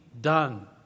done